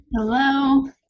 Hello